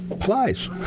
flies